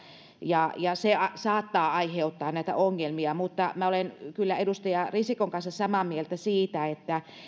ja ja se saattaa aiheuttaa näitä ongelmia mutta minä olen kyllä edustaja risikon kanssa samaa mieltä siitä että